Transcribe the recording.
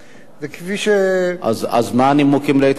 אז מה הנימוקים להתנגדות?